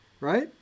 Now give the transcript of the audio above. Right